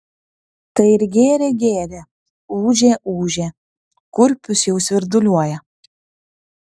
tai ir gėrė gėrė ūžė ūžė kurpius jau svirduliuoja